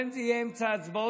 גם אם זה יהיה באמצע ההצבעות,